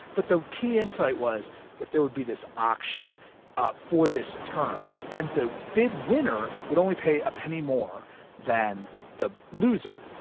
but the key insight was that there would be this auction for this term and the bid winner would only pay a penny more than the loser.